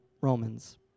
Romans